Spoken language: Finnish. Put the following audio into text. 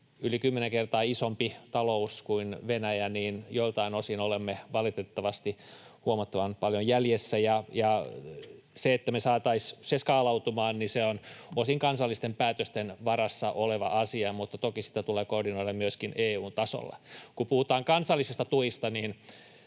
yli kymmenen kertaa isompi talous kuin Venäjä, joiltain osin on valitettavasti huomattavan paljon jäljessä. Se, että me saataisiin se skaalautumaan, on osin kansallisten päätösten varassa oleva asia, mutta toki sitä tulee koordinoida myöskin EU:n tasolla. Kun puhutaan kansallisista tuista